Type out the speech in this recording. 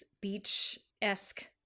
beach-esque